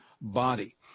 body